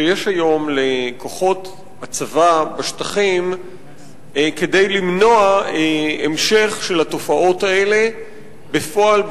שיש היום לכוחות הצבא בשטחים כדי למנוע המשך של התופעות האלה בפועל,